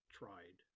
tried